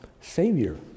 Savior